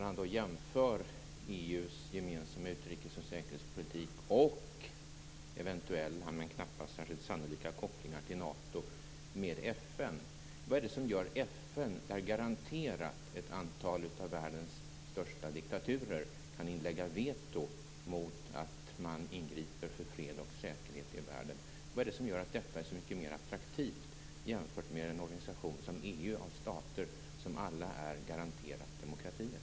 Han jämför EU:s gemensamma utrikes och säkerhetspolitik och eventuella - men knappast sannolika - kopplingar till Nato med FN. I FN finns garanterat världens största diktaturer, och de kan inlägga veto mot att ingripa för fred och säkerhet i världen. Vad är det som gör detta så mycket mer attraktivt jämfört med en organisation som EU som består av stater som alla är garanterat demokratier?